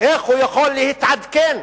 איך הוא יכול להתעדכן?